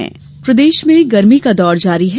मौसम प्रदेश में गर्मी का दौर जारी है